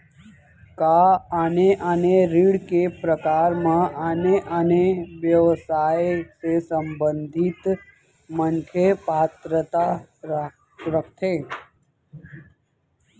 का आने आने ऋण के प्रकार म आने आने व्यवसाय से संबंधित मनखे पात्रता रखथे?